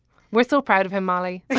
we're so proud of him marley.